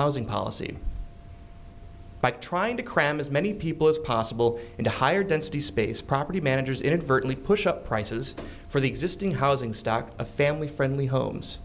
housing policy by trying to cram as many people as possible into higher density space property managers inadvertently push up prices for the existing housing stock a family friendly homes